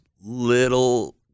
little